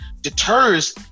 deters